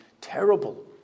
terrible